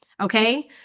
okay